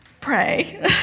pray